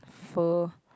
fur